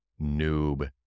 noob